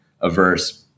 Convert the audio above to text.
averse